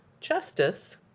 justice